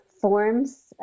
forms